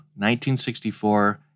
1964